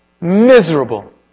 Miserable